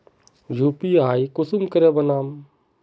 UPI कुंसम करे बनाम?